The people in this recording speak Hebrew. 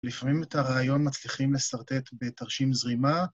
לפעמים את הרעיון מצליחים לסרטט בתרשים זרימה.